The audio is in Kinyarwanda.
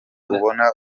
ubona